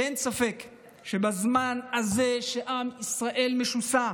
אין ספק שבזמן הזה שעם ישראל משוסע,